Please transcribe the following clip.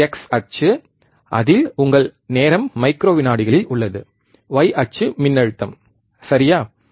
ஒரு எக்ஸ் அச்சு அதில் உங்கள் நேரம் மைக்ரோ வினாடிகளில் உள்ளது y அச்சு மின்னழுத்தம் சரியா